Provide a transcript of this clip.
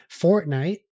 Fortnite